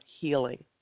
healing